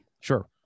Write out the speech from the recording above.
sure